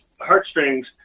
heartstrings